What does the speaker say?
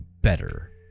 better